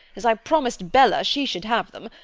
as i promised bella she should have them,